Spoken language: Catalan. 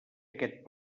aquest